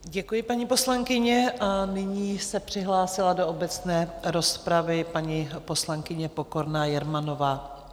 Děkuji, paní poslankyně, a nyní se přihlásila do obecné rozpravy paní poslankyně Pokorná Jermanová.